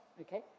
okay